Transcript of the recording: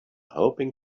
hoping